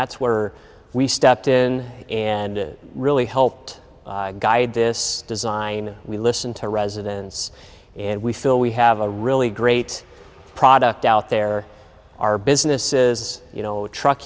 that's were we stepped in and it really helped guide this design we listen to residence and we feel we have a really great product out there our business is you know truck